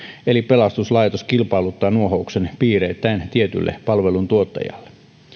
eli pelastuslaitos kilpailuttaa nuohouksen piireittäin tietylle palveluntuottajalle